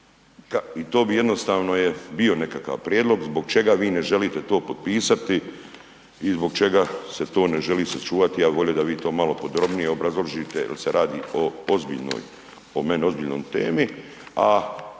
i to bi jednostavno je bio nekakav prijedlog zbog čega vi ne želite to potpisati i zbog čega se to ne želi sačuvati, ja bi volio da vi to malo podrobnije obrazložite jel se radi o ozbiljnoj,